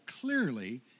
clearly